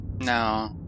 No